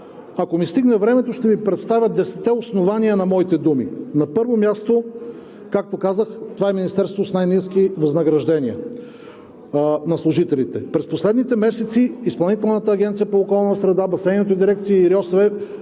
Ако ми стигне времето, ще Ви представя десетте основания на моите думи. На първо място, както казах, това е Министерството с най-ниски възнаграждения на служителите. През последните месеци в Изпълнителната агенция по околна среда, Басейновата дирекция и РИОСВ